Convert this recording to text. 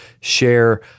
share